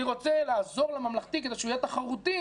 אני רוצה לעזור לממלכתי כדי שהוא יהיה תחרותי